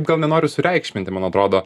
gal nenoriu sureikšminti man atrodo